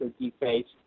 defaced